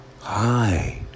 Hi